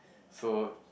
so